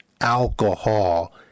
alcohol